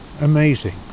amazing